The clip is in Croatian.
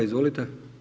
Izvolite.